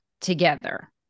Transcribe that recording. together